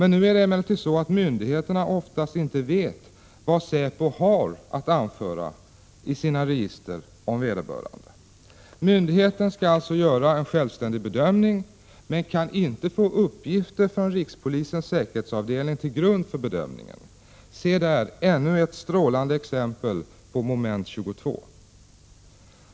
Nu är det emellertid så att myndigheterna oftast inte vet vad säpo har att anföra om vederbörande i sina register. Myndigheten skall alltså göra en självständig bedömning men kan inte få uppgifter från rikspolisens säkerhetsavdelning till grund för bedömningen. Se där ännu ett strålande exempel på Moment 22!